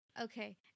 Okay